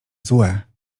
złe